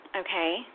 okay